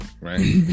right